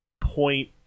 point